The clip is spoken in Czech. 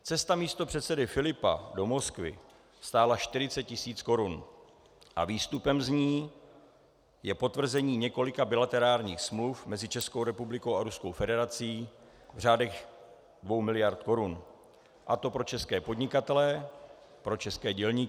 Cesta místopředsedy Filipa do Moskvy stála 40 tis. korun a výstupem z ní je potvrzení několika bilaterálních smluv mezi Českou republikou a Ruskou federací v řádech 2 mld. korun, a to pro české podnikatele, pro české dělníky.